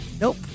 Nope